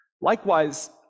likewise